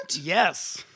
yes